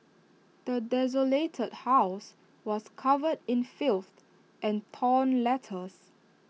the desolated house was covered in filth and torn letters